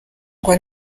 ngo